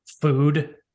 food